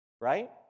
right